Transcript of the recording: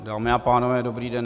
Dámy a pánové, dobrý den.